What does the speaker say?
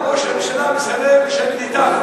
למה רוב הממשלה מסרב לשבת אתנו?